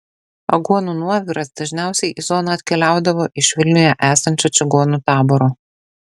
aguonų nuoviras dažniausiai į zoną atkeliaudavo iš vilniuje esančio čigonų taboro